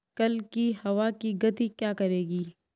कल की हवा की गति क्या रहेगी?